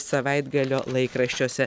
savaitgalio laikraščiuose